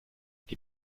die